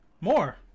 more